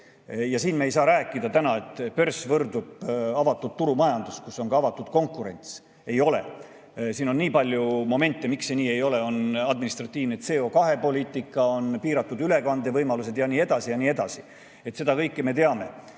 Ja siin me ei saa rääkida täna, et börs võrdub avatud turumajandusega, kus on ka avatud konkurents. Ei ole! Siin on nii palju momente, miks see nii ei ole. On administratiivne CO2-poliitika, on piiratud ülekandevõimalused ja nii edasi ja nii edasi. Seda kõike me teame